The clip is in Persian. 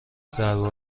ضربه